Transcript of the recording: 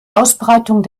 ausbreitung